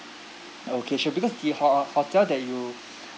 okay sure because the ho~ ho~ hotel that you